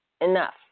enough